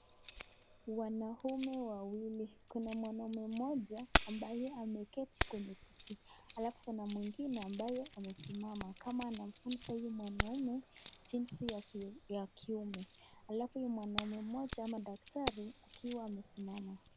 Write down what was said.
Wanaume wawili. Kuna mwanaume moja ambaye ameketi kwenye kiti halafu kuna mwengine ambaye amesimama kama anamfunza huyu mwanaume jinsi ya kiume. Halafu huyu mwanaume moja ama daktari akiwa amesimama.